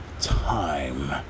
time